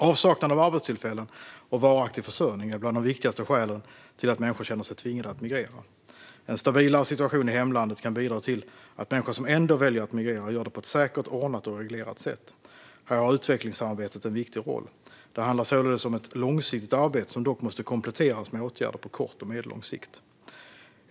Avsaknad av arbetstillfällen och varaktig försörjning är bland de viktigaste skälen till att människor känner sig tvingade att migrera. En stabilare situation i hemlandet kan bidra till att människor som ändå väljer att migrera gör det på ett säkert, ordnat och reglerat sätt. Här har utvecklingssamarbetet en viktig roll. Det handlar således om ett långsiktigt arbete som dock måste kompletteras med åtgärder på kort och medellång sikt.